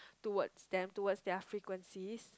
towards them towards their frequencies